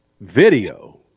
video